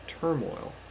turmoil